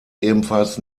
ebenfalls